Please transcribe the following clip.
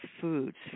foods